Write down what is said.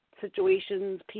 situations